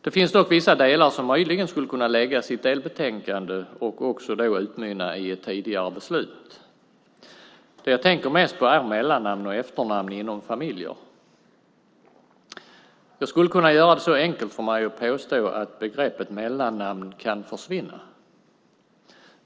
Det finns dock vissa delar som möjligen skulle kunna läggas i ett delbetänkande och då utmynna i ett tidigare beslut. Det jag tänker mest på är mellannamn och efternamn inom familjer. Jag skulle kunna göra det så enkelt för mig som att påstå att begreppet mellannamn kan försvinna.